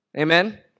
Amen